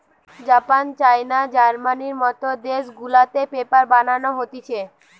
Japan, China, জার্মানির মত দেশ গুলাতে পেপার বানানো হতিছে